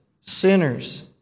sinners